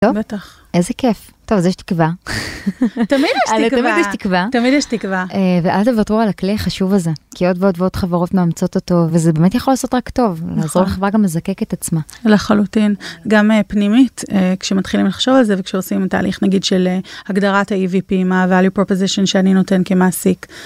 טוב, איזה כיף, טוב אז יש תקווה, תמיד יש תקווה, תמיד יש תקווה. ואל תוותרו על הכלי החשוב הזה, כי עוד ועוד ועוד חברות מאמצות אותו וזה באמת יכול לעשות רק טוב, לעזור לחברה גם לזקק את עצמה. לחלוטין, גם פנימית, כשמתחילים לחשוב על זה וכשעושים את ההליך, נגיד, של הגדרת ה-EVP מה ה-Value Proposition שאני נותן כמעסיק